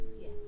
Yes